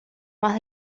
más